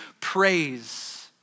praise